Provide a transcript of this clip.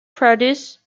produced